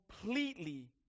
completely